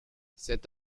cet